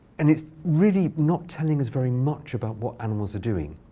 and it's really not telling us very much about what animals are doing.